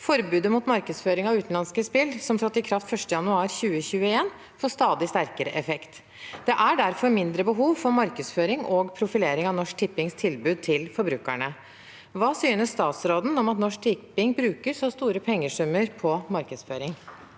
Forbudet mot markedsføring av utenlandske spill, som trådte i kraft 1. januar 2021, får stadig sterkere effekt. Det er derfor mindre behov for markedsføring og profilering av Norsk Tippings tilbud til forbrukerne. Hva synes statsråden om at Norsk Tipping bruker store pengesummer på markedsføring?»